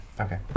Okay